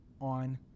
on